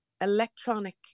electronic